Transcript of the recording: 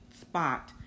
spot